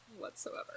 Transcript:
Whatsoever